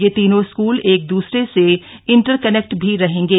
ये तीनों स्कूल एक दूसरे से इन्टरकनेक्ट भी रहेंगे